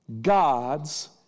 God's